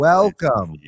Welcome